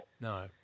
No